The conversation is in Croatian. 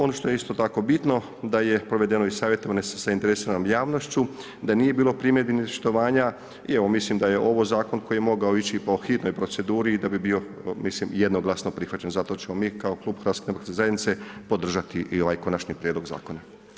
Ono što je isto tako bitno, da je provedeno i savjetovanje sa zainteresiranom javnošću, da nije bilo primjedbi ni štovanja i evo, mislim da je ovo zakon koji je mogao ići i po hitnoj proceduri i da bi bio jednoglasno prihvaćen, zato ćemo mi kao Klub HDZ-a podržati i ovaj konačni prijedlog zakona.